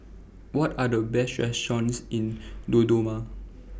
What Are The Best restaurants in Dodoma